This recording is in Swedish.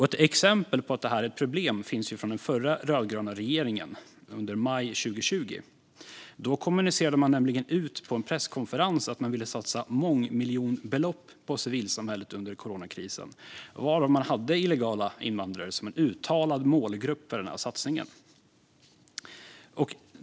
Ett exempel på att detta är ett problem fick vi i maj 2020, under den förra rödgröna regeringen. Då kommunicerade man nämligen ut på en presskonferens att man ville satsa mångmiljonbelopp på civilsamhället under coronakrisen, och man hade illegala invandrare som en uttalad målgrupp för denna satsning.